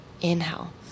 Inhale